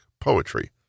poetry